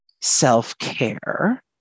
self-care